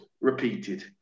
repeated